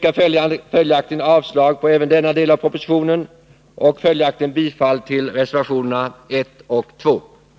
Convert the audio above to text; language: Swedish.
Följaktligen yrkar vi avslag även på denna punkt i propositionen och således bifall till reservationerna 1 och 2 vid skatteutskottets betänkande nr Uu;